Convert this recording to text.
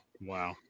Wow